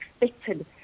expected